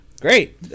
great